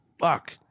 fuck